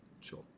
Sure